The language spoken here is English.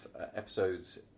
episodes